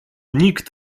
nikt